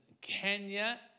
Kenya